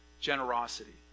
generosity